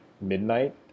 midnight